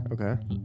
okay